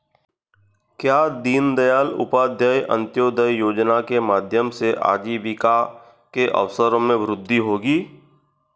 क्या दीन दयाल उपाध्याय अंत्योदय योजना के माध्यम से आजीविका के अवसरों में वृद्धि होगी?